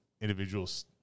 individuals